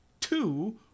Two